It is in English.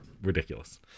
Ridiculous